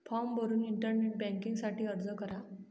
form भरून internet banking साठी अर्ज करा